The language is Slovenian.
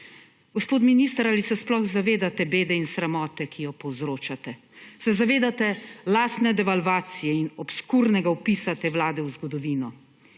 Gospod minister, ali se sploh zavedate bede in sramote, ki jo povzročate? Se zavedate lastne devalvacije in obskurnega vpisa te vlade v zgodovino?